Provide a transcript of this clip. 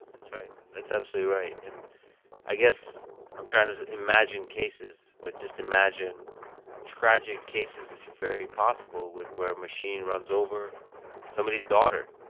that's right. that's absolutely right. and i guess i'm trying to imagine cases, but just imagine tragic cases which are very possible where a machine runs over somebody's daughter.